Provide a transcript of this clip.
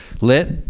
lit